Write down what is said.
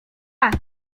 lata